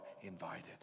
invited